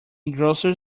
grocer